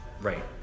Right